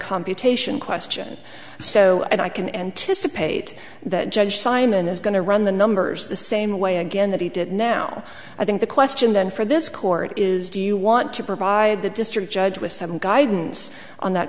computation question so i can anticipate that judge simon is going to run the numbers the same way again that he did now i think the question then for this court is do you want to provide the district judge with some guidance on that